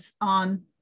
on